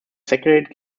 segregate